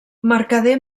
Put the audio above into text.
mercader